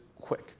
quick